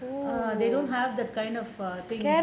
uh they don't have the kind of err thing